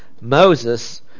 Moses